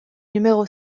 numéro